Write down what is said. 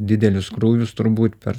didelius krūvius turbūt per